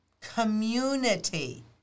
community